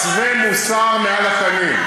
כשהמסווה מוסר מעל הפנים.